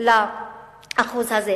לאחוז הזה.